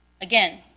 again